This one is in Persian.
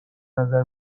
نظر